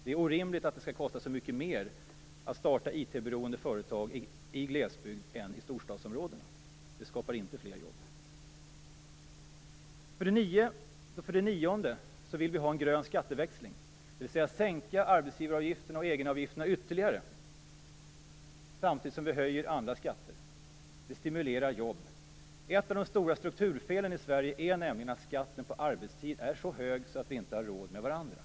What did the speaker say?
Det är orimligt att det skall kosta så mycket mer att starta IT-beroende företag i glesbygd än i storstadsområdena. Det skapar inte fler jobb. För det nionde vill vi miljöpartister ha en grön skatteväxling, dvs. sänka arbetsgivaravgifterna och egenavgifterna ytterligare samtidigt som vi höjer andra skatter. Det stimulerar jobb. Ett av de stora strukturfelen i Sverige är nämligen att skatten på arbetstid är så hög att vi inte har råd med varandra.